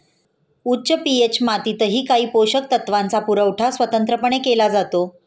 उच्च पी.एच मातीतही काही पोषक तत्वांचा पुरवठा स्वतंत्रपणे केला जातो